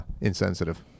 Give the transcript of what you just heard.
insensitive